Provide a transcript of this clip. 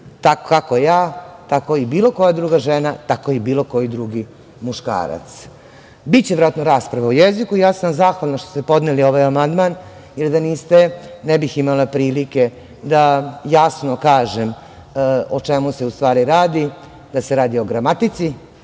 Tako kako ja, tako i bilo koja žena, tako i bilo koji drugi muškarac. Biće verovatno rasprave o jeziku. Zahvalna sam što ste podneli ovaj amandman, jer da niste ne bih imala prilike da jasno kažem o čemu se u stvari radi, da se radi o gramatici,